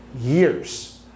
years